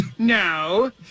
No